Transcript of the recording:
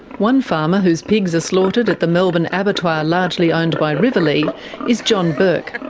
one farmer whose pigs are slaughtered at the melbourne abattoir largely owned by rivalea is john bourke,